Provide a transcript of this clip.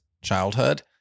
childhood